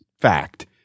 fact